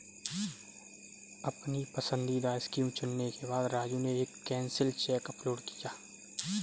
अपनी पसंदीदा स्कीम चुनने के बाद राजू ने एक कैंसिल चेक अपलोड किया